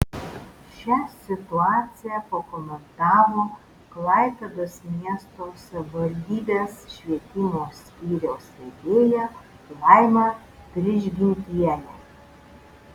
šią situaciją pakomentavo klaipėdos miesto savivaldybės švietimo skyriaus vedėja laima prižgintienė